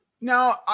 Now